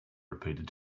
repeated